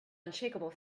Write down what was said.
unshakeable